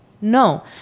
No